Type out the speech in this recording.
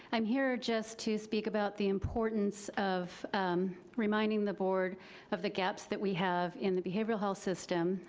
i'm here just to speak about the importance of reminding the board of the gaps that we have in the behavioral health system.